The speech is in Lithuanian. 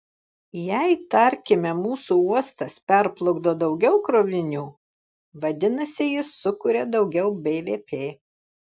jei tarkime mūsų uostas perplukdo daugiau krovinių vadinasi jis sukuria daugiau bvp